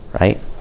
Right